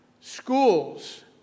schools